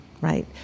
right